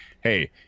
hey